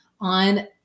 on